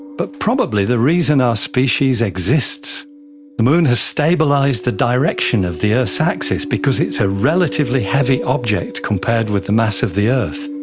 but probably the reason our species exists the moon has stabilised the direction of the earth's axis because it's a relatively heavy object compared with the mass of the earth,